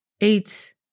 eight